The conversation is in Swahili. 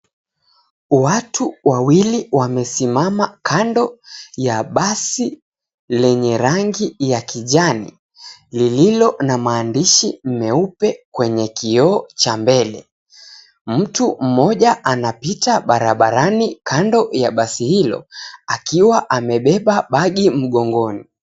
Watu wawili wamesimama kando ya basi lenye rangi ya kijani lililo na maandishi meupe kwenye kioo cha mbele. Mtu mmoja anapita barabarani kando ya basi hilo akiwa amebeba bagi mgongoni.